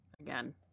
again